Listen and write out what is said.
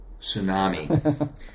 tsunami